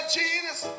Jesus